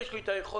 יש לי את היכולות,